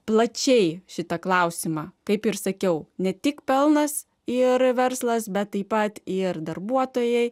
plačiai šitą klausimą kaip ir sakiau ne tik pelnas ir verslas bet taip pat ir darbuotojai